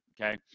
okay